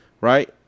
right